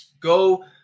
go